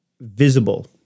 visible